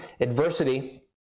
adversity